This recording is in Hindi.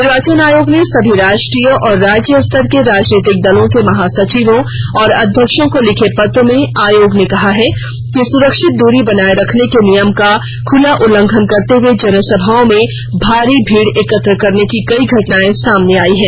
निर्वाचन आयोग ने सभी राष्ट्रीय और राज्य स्तर के राजनीतिक दलों के महासचिवों और अध्यक्षों को लिखे पत्र में आयोग ने कहा है कि सुरक्षित दूरी बनाये रखने के नियम का खुला उल्लंघन करते हुए जनसभाओं में भारी भीड़ एकत्र करने की कई घटनाए सामने आयी हैं